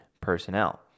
personnel